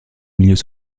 milieux